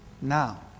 now